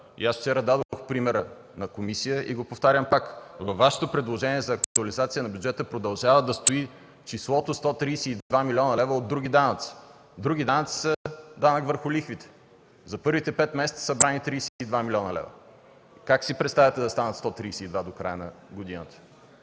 Аз вчера дадох пример на комисията и го повтарям пак – във Вашето предложение за актуализация на бюджета продължава да стои числото 132 млн. лв. от други данъци. А други данъци са данък върху лихвите. За първите пет месеца са събрани 32 млн. лв. Как си представяте да станат 132 милиона до края на годината?